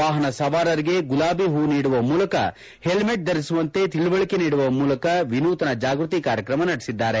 ವಾಹನ ಸವಾರರಿಗೆ ಗುಲಾಬಿ ಹೂ ನೀಡುವ ಮೂಲಕ ಹೆಲ್ಮೆಟ್ ಧರಿಸುವಂತೆ ತಿಳಿವಳಿಕೆ ನೀಡುವ ಮೂಲಕ ವಿನೂತನ ಜಾಗೃತಿ ಅರಿವಿನ ಕಾರ್ಯಕ್ರಮ ನಡೆಸಿದ್ದಾರೆ